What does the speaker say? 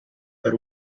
per